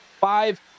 five